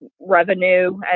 revenue